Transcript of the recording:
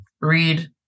read